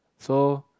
so